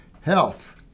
health